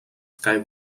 sky